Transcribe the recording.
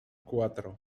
cuatro